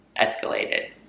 escalated